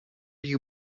you